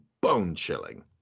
bone-chilling